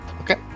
Okay